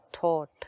thought